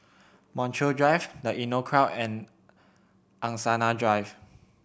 Montreal Drive The Inncrowd and Angsana Drive